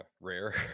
rare